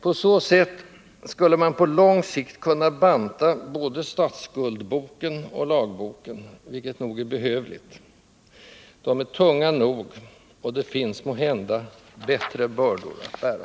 På så sätt skulle man på lång sikt kunna banta både statsskuldboken och lagboken, vilket nog är behövligt. De är tunga nog, och det finns måhända bättre bördor att bära.